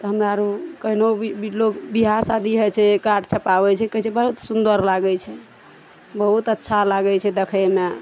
तऽ हमरा आरु कहिनो भी लोग विवाह शादी होइ छै कार्ड छपाबै छै कहै छै बहुत सुन्दर लागै छै बहुत अच्छा लागै छै देखैमे